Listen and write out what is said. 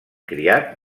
criat